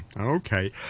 Okay